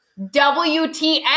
WTF